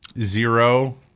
zero